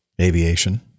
aviation